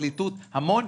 הפרקליטות המון.